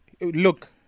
Look